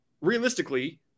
realistically –